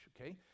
Okay